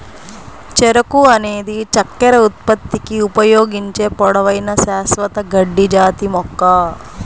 చెరకు అనేది చక్కెర ఉత్పత్తికి ఉపయోగించే పొడవైన, శాశ్వత గడ్డి జాతి మొక్క